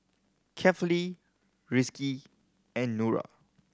Kefli Rizqi and Nura